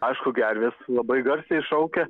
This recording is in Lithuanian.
aišku gervės labai garsiai šaukia